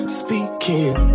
speaking